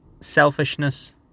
selfishness